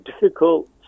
difficult